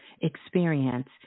experience